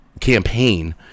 Campaign